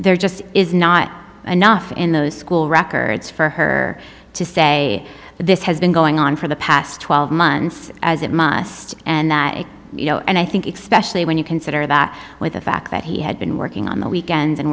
there just is not enough in the school records for her to say this has been going on for the past twelve months as it must and you know and i think expect when you consider that with the fact that he had been working on the weekends and